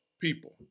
people